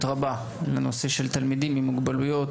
רבה לנושא של תלמידים עם מוגבלויות,